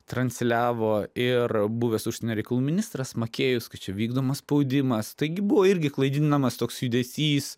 transliavo ir buvęs užsienio reikalų ministras makėjus kad čia vykdomas spaudimas taigi buvo irgi klaidinamas toks judesys